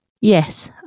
Yes